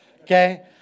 Okay